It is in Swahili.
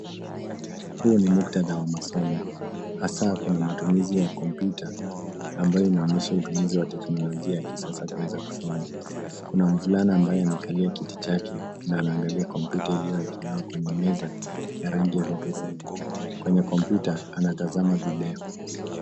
Huu ni muktadha wa masomo hasa kuna matumizi ya kompyuta ambayo inaonyesha utumizi wa kompyuta ya teknolojia ya kisasa ya kusoma, kuna mvulana ambaye amekalia kiti chake na anaangalia kompyuta iliyowekelewa kwenye meza ya rangi ya udhurungi, kwenye kompyuta anatazama video.